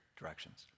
directions